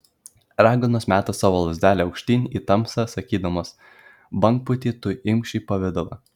raganos meta savo lazdelę aukštyn į tamsą sakydamos bangpūty tu imk šį pavidalą